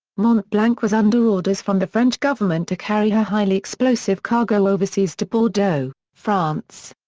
mont-blanc was under orders from the french government to carry her highly explosive cargo overseas to bordeaux, france.